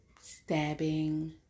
stabbing